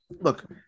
look